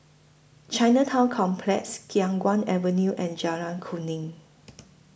Chinatown Complex Khiang Guan Avenue and Jalan Kuning